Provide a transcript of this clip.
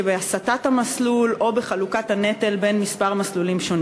של הסטת המסלול או חלוקת הנטל בין כמה מסלולים.